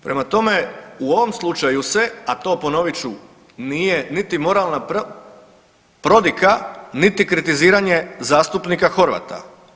Prema tome, u ovom slučaju se, a to ponovit ću nije niti moralna prodika, niti kritiziranje zastupnika Horvata.